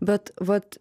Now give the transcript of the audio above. bet vat